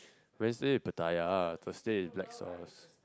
Wednesday pattaya Thursday is black sauce